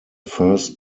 first